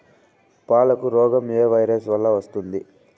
పాలకు రోగం ఏ వైరస్ వల్ల వస్తుంది?